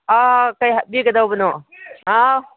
ꯀꯔꯤ ꯍꯥꯏꯕꯤꯒꯗꯕꯅꯣ ꯍꯥꯎ